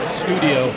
studio